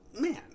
man